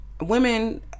women